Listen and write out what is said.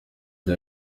rya